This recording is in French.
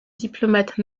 diplomate